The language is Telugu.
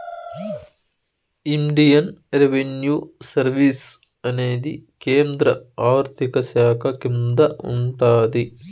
ఇండియన్ రెవిన్యూ సర్వీస్ అనేది కేంద్ర ఆర్థిక శాఖ కింద ఉంటాది